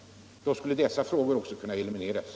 Då skulle dessa problem kunna elimineras.